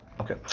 Okay